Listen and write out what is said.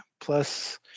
plus